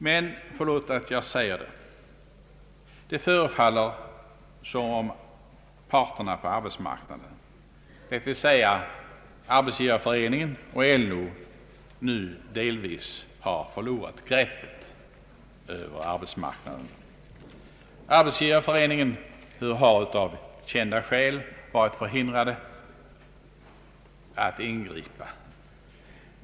Men — förlåt att jag säger det — det förefaller som om parterna på arbetsmarknaden, d.v.s. Arbetsgivareföreningen och LO, nu delvis har förlorat greppet över arbetsmarknaden. Arbetsgivareföreningen har av kända skäl varit förhindrad att ingripa.